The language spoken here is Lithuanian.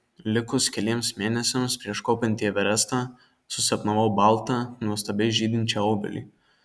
likus keliems mėnesiams prieš kopiant į everestą susapnavau baltą nuostabiai žydinčią obelį